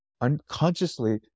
unconsciously